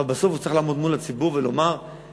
אבל בסוף הוא צריך לעמוד מול הציבור ולומר את